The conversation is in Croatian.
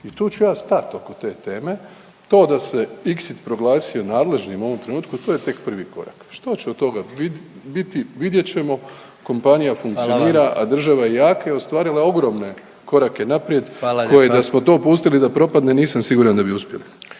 I tu ću ja stat oko te teme. To da se Iksit proglasio nadležnim u ovom trenutku, to je tek prvi korak. Što će od toga biti, vidjet ćemo. Kompanija funkcionira …/Upadica predsjednik: Hvala vam./… a država je jaka i ostvarila je ogromne korake naprijed …/Upadica predsjednik: Hvala lijepa./… koje da smo to pustili da propadne nisam siguran da bi uspjeli.